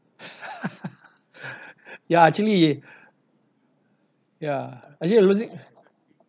ya actually ya actually losing